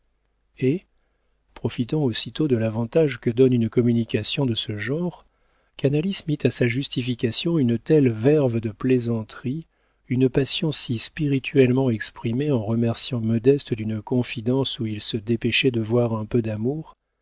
et profitant aussitôt de l'avantage que donne une communication de ce genre canalis mit à sa justification une telle verve de plaisanterie une passion si spirituellement exprimée en remerciant modeste d'une confidence où il se dépêchait de voir un peu d'amour